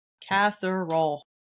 Casserole